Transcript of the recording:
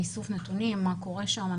באיסוף נתונים, לראות מה קורה שם.